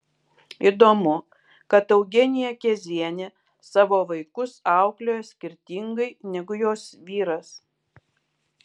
įdomu kad eugenija kezienė savo vaikus auklėjo skirtingai negu jos vyras